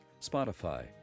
Spotify